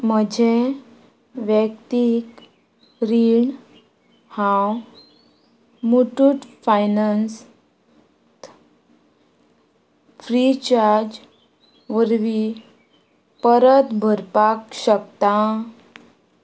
म्हजें व्यक्तीक रीण हांव मुथूट फायनन्स फ्री चार्ज वरवीं परत भरपाक शकतां